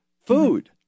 food